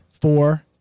Four